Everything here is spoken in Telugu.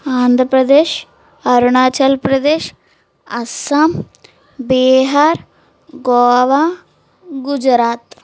ఆంధ్రప్రదేశ్ అరుణాచల్ప్రదేశ్ అస్సాం బీహార్ గోవా గుజరాత్